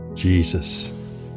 Jesus